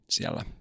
Siellä